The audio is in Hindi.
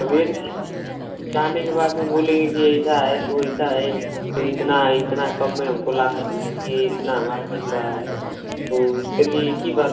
अब यह नहीं कि जाने के बाद में बोलेंगे कि ऐसा है तो वैसा है तो इतना इतना कम में हमको ला दिए इतना हमारा खर्च हो रहा है तो उसके लिए एक ही बार